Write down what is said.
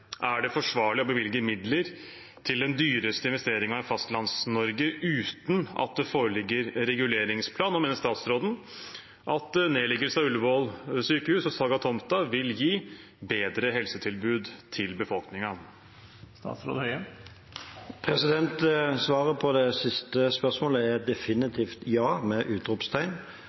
er det forsvarlig å bevilge midler til den dyreste investeringen i Fastlands-Norge uten at foreligger reguleringsplan, og mener statsråden at nedleggelse av Ullevål sykehus og salg av tomta vil gi bedre helsetilbud til befolkningen?» Svaret på det siste spørsmålet er definitivt ja – med utropstegn.